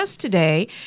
today